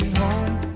home